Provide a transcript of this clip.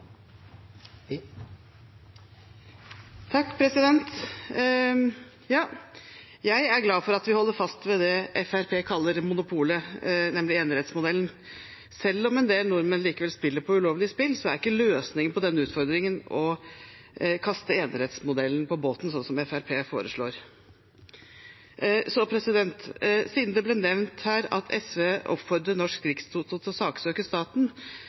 Jeg er glad for at vi holder fast ved det Fremskrittspartiet kaller monopolet, nemlig enerettsmodellen. Selv om en del nordmenn likevel spiller på ulovlige spill, er ikke løsningen på denne utfordringen å kaste enerettsmodellen på båten, slik som Fremskrittspartiet foreslår. Siden det ble nevnt her at SV oppfordrer Norsk Rikstoto til å saksøke staten,